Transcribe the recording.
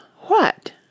what